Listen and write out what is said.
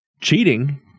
cheating